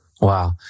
Wow